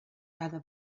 cada